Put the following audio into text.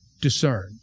discerned